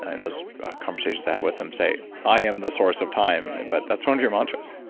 in those conversations i have with him, say, i am the source of time. but that's one of your mantras